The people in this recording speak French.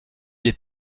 des